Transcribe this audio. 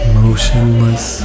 motionless